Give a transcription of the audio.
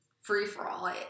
free-for-all